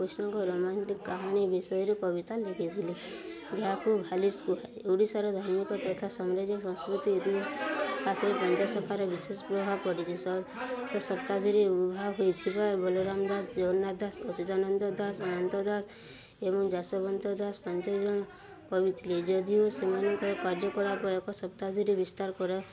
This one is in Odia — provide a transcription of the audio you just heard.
କୃଷ୍ଣଙ୍କ ରୋମଣ୍ଟିକ କାହାନୀ ବିଷୟରେ କବିତା ଲେଖିଥିଲେ ଯାହାକୁ ଭାଲିସ୍ କୁହାଏ ଓଡ଼ିଶାର ଧାର୍ମିକ ତଥା ସାମ୍ରାଜ୍ୟ ସଂସ୍କୃତି ତିହା ପାଶରେ ପାଞ୍ଚଶଖାର ବିଶେଷ ପ୍ରଭାବ ପଡ଼ିଛି ଶତାବ୍ଦୀରେ ଉଦ୍ଭାବ ହେଇଥିବା ବଳରାମ ଦାସ ଜଗନ୍ନାଥ ଦାସ ସଚିଦାନନ୍ଦ ଦାସ ଆନନ୍ତ ଦାସ ଏବଂ ଯଶୋବନ୍ତ ଦାସ ପାଞ୍ଚଜଣ କବି ଥିଲେ ଯଦିଓ ସେମାନଙ୍କର କାର୍ଯ୍ୟକଳାପ ଏକ ଶତାବ୍ଦୀରେ ବିସ୍ତାର କର